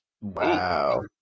Wow